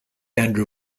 andrew